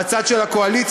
בצד של הקואליציה.